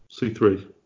C3